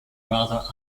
rather